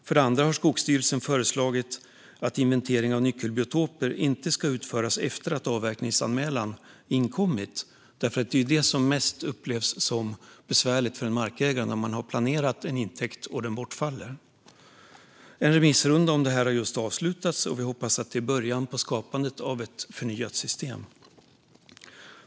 För det andra har Skogsstyrelsen föreslagit att inventering av nyckelbiotoper inte ska utföras efter att avverkningsanmälan inkommit. Det är nämligen det som upplevs som mest besvärligt för en markägare. Man har planerat en intäkt, men den bortfaller. En remissrunda om detta har just avslutats, och vi hoppas att detta är början på skapandet av ett förnyat system.